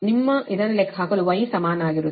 ನಿಮ್ಮ ಇದನ್ನು ಲೆಕ್ಕಹಾಕಲು Y ಸಮಾನವಾಗಿರುತ್ತದೆ ನಿಮ್ಮ 0